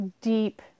deep